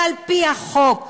על-פי החוק,